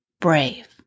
brave